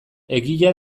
egia